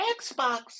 Xbox